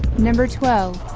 number twelve